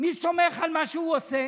מי סומך על מה שהוא עושה?